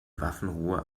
waffenruhe